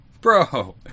Bro